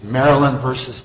maryland versus